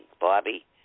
Bobby